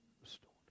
restored